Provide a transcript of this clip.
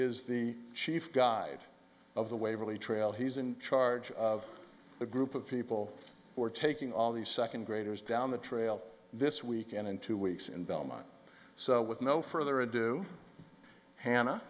is the chief guide of the waverly trail he's in charge of the group of people who are taking all the second graders down the trail this weekend and two weeks in belmont so with no further ado hannah